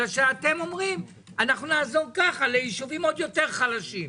אתם אומרים: נעזור כך לישובים עוד יותר חלשים.